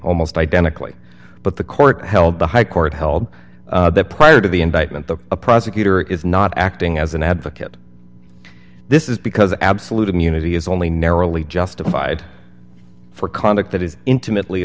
almost identically but the court held the high court held that prior to the indictment the a prosecutor is not acting as an advocate this is because absolute immunity is only narrowly justified for